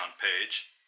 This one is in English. page